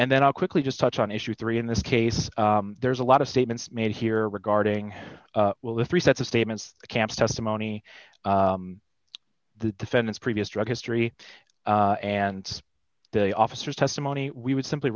and then i'll quickly just touch on issue three in this case there's a lot of statements made here regarding the three sets of statements camps testimony the defendant's previous drug history and the officers testimony we would simply